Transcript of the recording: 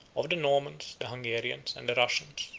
of the normans, the hungarians, and the russians,